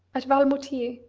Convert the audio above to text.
at valmoutiers,